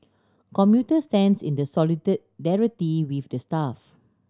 commuter stands in the with the staff